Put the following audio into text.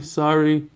sorry